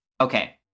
Okay